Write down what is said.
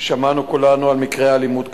שמענו כולנו על מקרי אלימות קשים,